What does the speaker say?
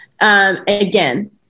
Again